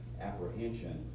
apprehension